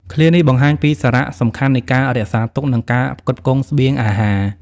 ឃ្លានេះបង្ហាញពីសារៈសំខាន់នៃការរក្សាទុក និងការផ្គត់ផ្គង់ស្បៀងអាហារ ។